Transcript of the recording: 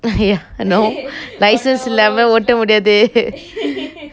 ya no licnese இல்லாம ஓட்ட முடியாது:illameh otte mudiyathu